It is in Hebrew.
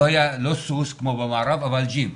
לא היה לו סוס כמו במערב אבל היה לו ג'יפ,